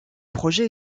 projet